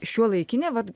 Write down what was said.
šiuolaikinė vat